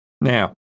Now